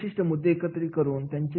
असे काही विशिष्ट मुद्दे एकत्रित करून